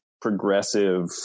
progressive